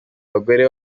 abagore